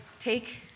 take